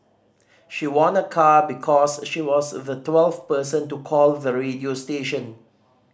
she won a car because she was the twelfth person to call the radio station